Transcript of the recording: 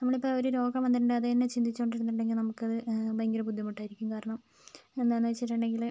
നമ്മളിപ്പം ഒരു രോഗം വന്നിട്ടുണ്ടെങ്കിൽ അതു തന്നെ ചിന്തിച്ചോണ്ടിരിന്നിട്ടുണ്ടെങ്കിൽ നമുക്കത് ഭയങ്കര ബുദ്ധിമുട്ടായിരിക്കും കാരണം എന്താന്ന് വെച്ചിട്ടുണ്ടെങ്കിൽ